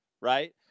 right